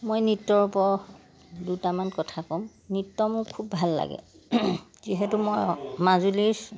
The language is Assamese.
মই নৃত্যৰ ওপৰত দুটামান কথা ক'ম নৃত্য মোৰ খুব ভাল লাগে যিহেতু মই মাজুলীৰ